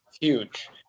huge